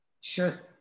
Sure